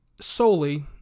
solely